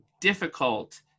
difficult